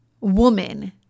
woman